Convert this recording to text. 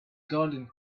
garden